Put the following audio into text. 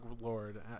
lord